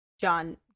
John